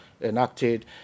enacted